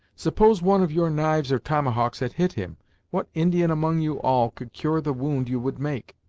suppose one of your knives or tomahawks had hit him what indian among you all could cure the wound you would make.